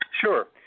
Sure